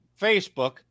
Facebook